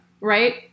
Right